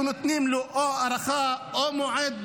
ונותנים להם או הארכה או מועד ב'